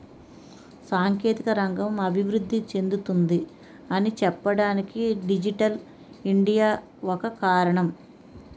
సాంకేతిక రంగం అభివృద్ధి చెందుతుంది అని చెప్పడానికి డిజిటల్ ఇండియా ఒక కారణం